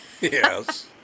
Yes